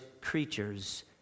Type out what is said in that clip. creatures